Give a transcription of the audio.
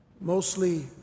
mostly